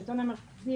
השלטון המרכזי,